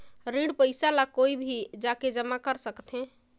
ऋण पईसा ला कोई भी आके जमा कर सकथे?